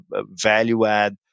value-add